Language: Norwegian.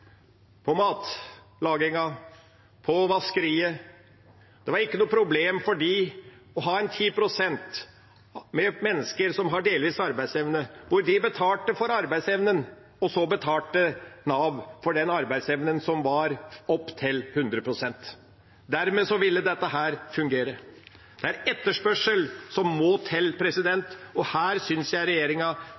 på kjøkkenet og vaskeriet. Det var ikke noe problem for dem at 10 pst. av de ansatte var mennesker med delvis arbeidsevne. De betalte for arbeidsevnen, og så betalte Nav for den arbeidsevnen som var igjen, opp til 100 pst. Dermed ville dette fungere. Det er etterspørsel som må til, og her syns jeg regjeringa